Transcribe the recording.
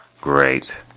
great